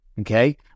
Okay